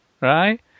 right